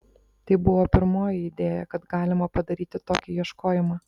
tai buvo pirmoji idėja kad galima padaryti tokį ieškojimą